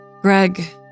Greg